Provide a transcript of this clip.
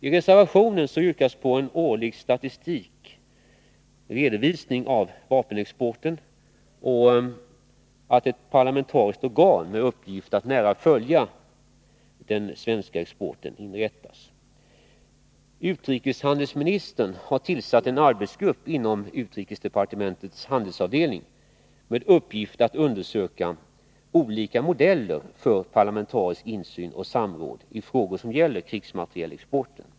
I reservationen yrkas på en årlig statistisk redovisning av vapenexporten och att ett parlamentariskt organ med uppgift att nära följa den svenska exporten av vapen inrättas. Utrikeshandelsministern har tillsatt en arbetsgrupp inom utrikesdepartementets handelsavdelning med uppgift att undersöka olika modeller för parlamentarisk insyn och samråd i frågor som gäller krigsmaterielexporten.